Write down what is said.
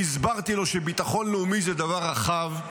והסברתי לו שביטחון לאומי זה דבר רחב,